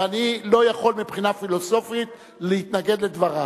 ואני לא יכול, מבחינה פילוסופית, להתנגד לדבריו.